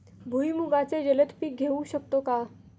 भुईमुगाचे जलद पीक घेऊ शकतो का?